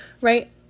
right